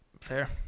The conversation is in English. Fair